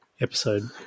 episode